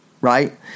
right